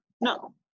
no